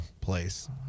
place